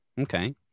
Okay